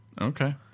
Okay